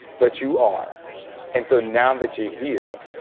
but you are and so now that you're here,